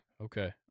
Okay